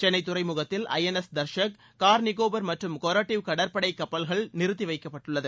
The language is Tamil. சென்னை துறைமுகத்தில் ஐஎன்ஸ் தர்ஷக் கார் நிகோபார் மற்றும் கொராடிவ் கடற்படைக் கப்பல்கள் நிறுத்தி வைக்கப்பட்டுள்ளது